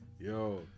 Yo